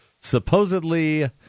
supposedly